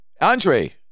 Andre